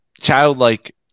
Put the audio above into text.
childlike